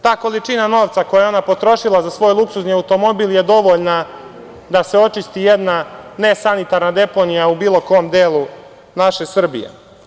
Ta količina novca koji je ona potrošila za svoj luksuzni automobil je dovoljna da se očisti jedna nesanitarna deponija u bilo kom delu naše Srbije.